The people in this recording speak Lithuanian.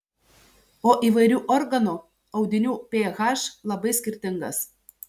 o įvairių organų audinių ph labai skirtingas